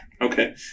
Okay